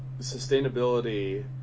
sustainability